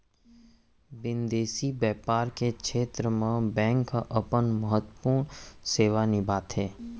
बिंदेसी बैपार के छेत्र म बेंक ह अपन महत्वपूर्न सेवा निभाथे